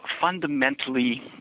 fundamentally